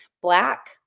black